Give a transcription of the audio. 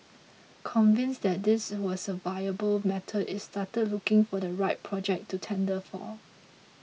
convinced that this was a viable method it started looking for the right project to tender for